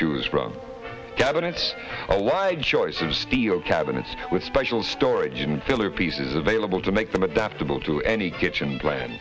choose from cabinets ally joyce's steel cabinets with special storage and filler pieces available to make them adaptable to any kitchen plan